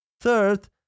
Third